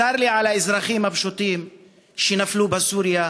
צר לי על האזרחים הפשוטים שנפלו בסוריה